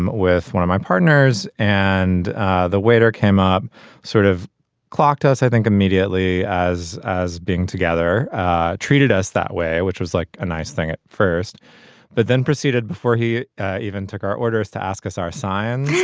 um with one of my partners and the waiter came up sort of clocked us i think immediately as as being together treated us that way which was like a nice thing at first but then proceeded before he even took our orders to ask us our science